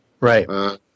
Right